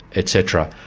et cetera.